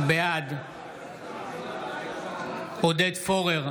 בעד עודד פורר,